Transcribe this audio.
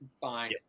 Fine